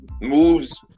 moves